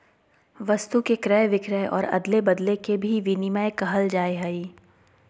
वस्तु के क्रय विक्रय और अदले बदले के भी विनिमय कहल जाय हइ